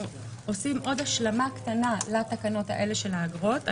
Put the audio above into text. התשפ"ב-2021 עכשיו אנחנו עושים עוד השלמה קטנה לתקנות האלה של האגרות.